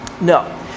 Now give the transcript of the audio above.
No